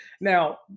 now